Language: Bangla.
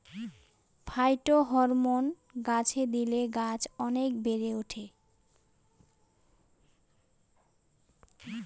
ফাইটোহরমোন গাছে দিলে গাছ অনেক বেড়ে ওঠে